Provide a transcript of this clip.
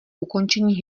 ukončení